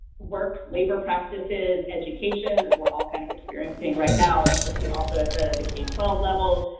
work, labor practices, education, as we're all kind of experiencing right now and certainly also at the the k twelve level,